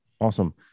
Awesome